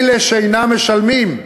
אלה שאינם משלמים,